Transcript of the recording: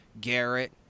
Garrett